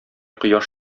кояш